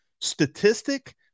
statistic